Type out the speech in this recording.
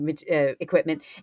equipment